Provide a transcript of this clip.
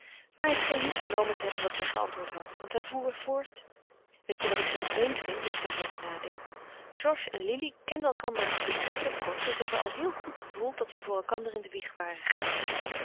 maar hij scheen niet vernomen te hebben wat zij geantwoord had want hij voer voort weet je wat ik zoo vreemd vind nu ik daarover nadenk georges en lili kenden elkander betrekkelijk kort en ze hebben al heel gauw gevoeld dat ze voor elkander in den wieg waren gelegd